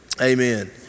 amen